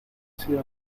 sido